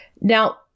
Now